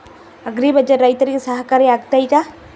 Agri Bazaar ರೈತರಿಗೆ ಸಹಕಾರಿ ಆಗ್ತೈತಾ?